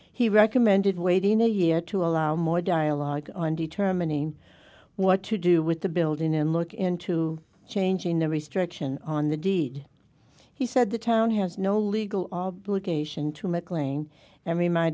he recommended waiting a year to allow more dialogue on determining what to do with the building and look into changing the restriction on the deed he said the town has no legal obligation to mclean